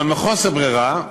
אבל מחוסר ברירה,